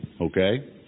Okay